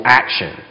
action